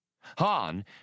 Han